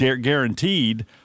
guaranteed